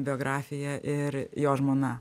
biografija ir jo žmona